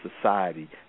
society